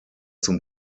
zum